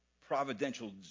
providential